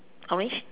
orange